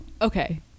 Okay